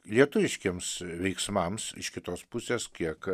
lietuviškiems veiksmams iš kitos pusės kiek